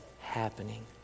happening